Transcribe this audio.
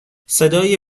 صدای